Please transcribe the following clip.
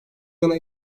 yana